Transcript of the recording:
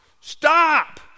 stop